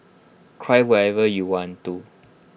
cry whenever you want to